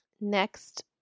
Next